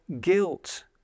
guilt